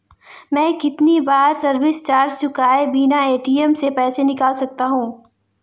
मैं कितनी बार सर्विस चार्ज चुकाए बिना ए.टी.एम से पैसे निकाल सकता हूं?